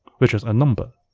which is a number.